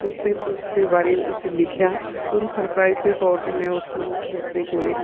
ਉਸ 'ਤੇ ਉਸਦੇ ਬਾਰੇ ਵਿੱਚ ਲਿਖਿਆ ਅਤੇ ਉਹਨੂੰ ਸਰਪ੍ਰਾਈਜ਼ ਦੇ ਤੌਰ 'ਤੇ ਮੈਂ ਉਸਨੂੰ ਉਸਦੇ ਕੋਲ